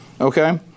Okay